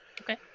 Okay